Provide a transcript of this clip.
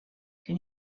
can